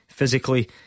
Physically